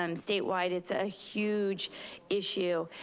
um statewide, it's a huge issue.